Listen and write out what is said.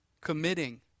committing